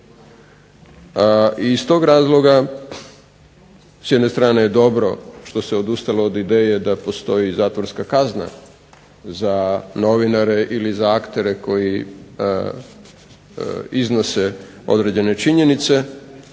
I iz tog razloga s jedne strane je dobro što se odustalo od ideje da postoji zatvorska kazna za novinare ili za aktere koji iznose određene činjenice